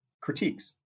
critiques